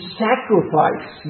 sacrifice